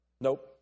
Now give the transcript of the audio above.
Nope